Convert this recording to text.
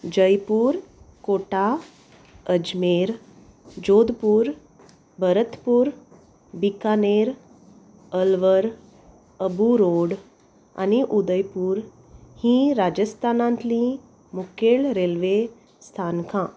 Jaipur Kota Ajmer Jodhpur Bharatpur Bikaner Alwar Abu Road आनी उदयपूर हीं राजस्थानांतलीं मुखेल रेल्वे स्थानकां